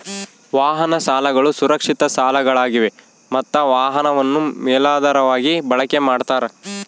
ವಾಹನ ಸಾಲಗಳು ಸುರಕ್ಷಿತ ಸಾಲಗಳಾಗಿವೆ ಮತ್ತ ವಾಹನವನ್ನು ಮೇಲಾಧಾರವಾಗಿ ಬಳಕೆ ಮಾಡ್ತಾರ